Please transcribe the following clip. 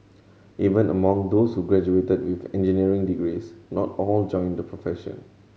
even among those who graduated with engineering degrees not all joined the profession